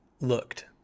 looked